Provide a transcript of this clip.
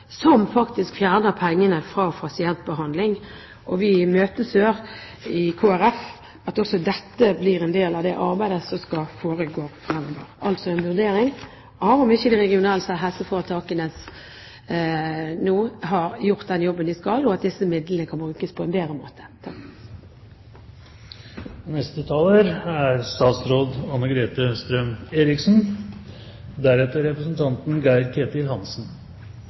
som faktisk fjerner pengene fra pasientbehandling. I Kristelig Folkeparti imøteser vi at også dette blir en del av det arbeidet som skal foregå fremover – altså en vurdering av om ikke de regionale helseforetakene nå har gjort den jobben de skal, og om disse midlene kan brukes på en bedre måte. Jeg er enig med komiteen i at det er